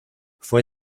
fue